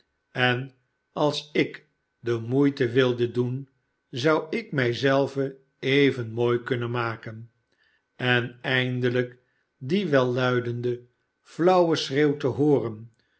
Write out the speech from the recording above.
en als ik de moeite wilde doen zou ik mij zelve even mooi kunnen maken en eindehjk dien welluidenden flauwen schreeuw te hooren